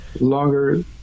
longer